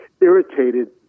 irritated